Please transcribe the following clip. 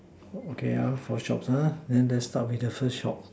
oh okay ah four shops ah then that's probably the first shop